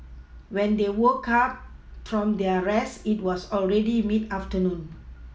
when they woke up from their rest it was already mid afternoon